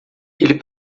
ele